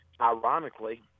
Ironically